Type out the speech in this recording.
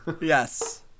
Yes